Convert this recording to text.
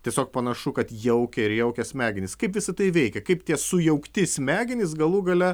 tiesiog panašu kad jaukia ir jaukia smegenis kaip visa tai veikia kaip tie sujaukti smegenys galų gale